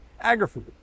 agri-food